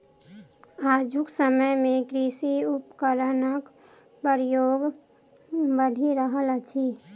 आजुक समय मे कृषि उपकरणक प्रयोग बढ़ि रहल अछि